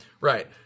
Right